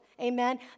Amen